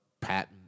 patent